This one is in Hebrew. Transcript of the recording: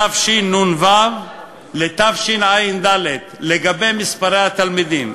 מתשנ"ו עד תשע"ד, מספרי התלמידים.